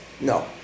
No